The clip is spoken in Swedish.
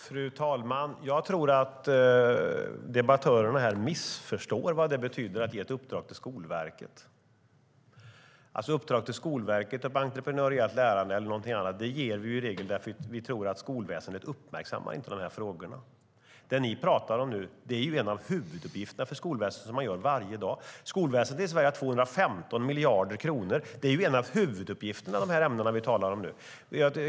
Fru talman! Jag tror att debattörerna här missförstår vad det betyder att ge ett uppdrag till Skolverket. Uppdrag till Skolverket att ta upp entreprenöriellt lärande eller något annat ger vi i regel därför att vi tror att skolväsendet inte uppmärksammar de frågorna. Men det ni pratar om nu är en av huvuduppgifterna för skolväsendet som man utför varje dag. Skolväsendet i Sverige har 215 miljarder kronor. En av huvuduppgifterna är de ämnen vi talar om nu.